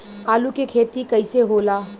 आलू के खेती कैसे होला?